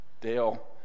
Dale